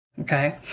Okay